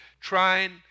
trying